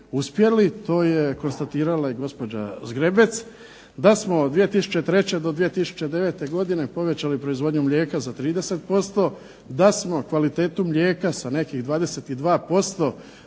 To je konstatirala i gospođa Zgrebec da smo od 2003. do 2009. godine povećali proizvodnju mlijeka za 30%, da smo kvalitetu mlijeka sa nekih 22%